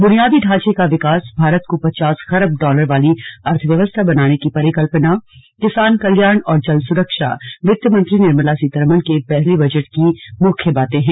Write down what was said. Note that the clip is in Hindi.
बुनियादी ढांचे का विकास भारत को पचास खरब डालर वाली अर्थव्यवस्था बनाने की परिकल्पना किसान कल्याण और जल सुरक्षा वित्तमंत्री निर्मला सीतारमण के पहले बजट की मुख्य् बातें हैं